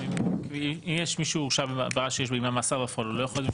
מי שהורשע בעבירה שיש מאסר בפועל, הוא לא יכול.